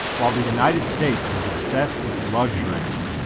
while the united states was obsessed with luxuries.